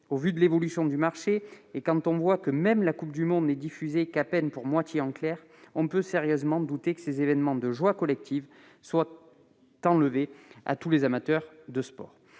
Au vu de l'évolution du marché, alors que même la Coupe du monde n'est diffusée qu'à peine pour moitié en clair, on peut sérieusement craindre que ces événements de joie collective ne soient enlevés à tous les amateurs de sport.